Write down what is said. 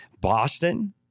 Boston